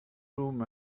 room